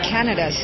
Canada